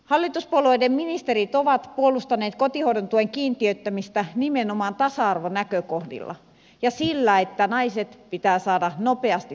hallituspuolueiden ministerit ovat puolustaneet kotihoidon tuen kiintiöittämistä nimenomaan tasa arvonäkökohdilla ja sillä että naiset pitää saada nopeasti työelämään